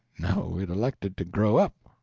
no, it elected to grow up,